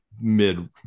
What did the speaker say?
mid